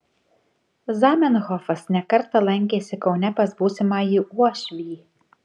zamenhofas ne kartą lankėsi kaune pas būsimąjį uošvį